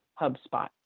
HubSpot